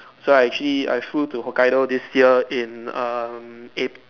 so I actually I flew to Hokkaido this year in um April